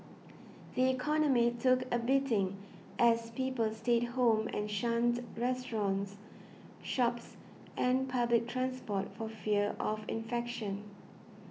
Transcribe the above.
the economy took a beating as people stayed home and shunned restaurants shops and public transport for fear of infection